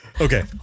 Okay